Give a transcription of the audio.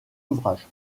ouvrages